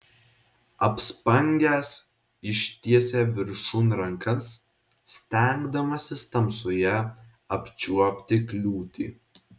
apspangęs ištiesė viršun rankas stengdamasis tamsoje apčiuopti kliūtį